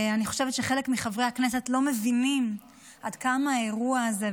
אני חושבת שחלק מחברי הכנסת לא מבינים עד כמה האירוע הזה,